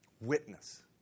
witness